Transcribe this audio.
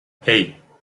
hey